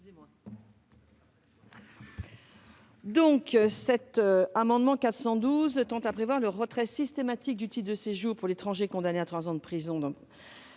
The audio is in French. ? Cet amendement tend à prévoir le retrait systématique du titre de séjour pour l'étranger condamné à trois ans de prison,